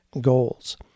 goals